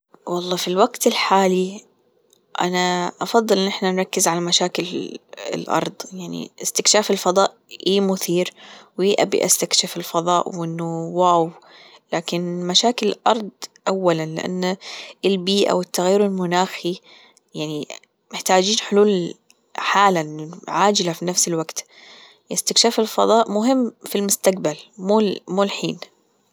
والله في الوقت الحالي أنا أفضل إن إحنا نركز على مشاكل الأرض يعني إستكشاف الفضاء إيه مثير وإيه أبي أستكشف الفضاء وإنه واو لكن مشاكل الأرض أولا لأن البيئة والتغير المناخي يعني محتاجين حلول حالا عاجلة في نفس الوقت إسكتشاف الفضاء مهم في المستقبل مو الحين.